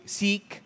seek